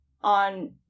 On